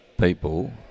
people